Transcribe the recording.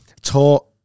Taught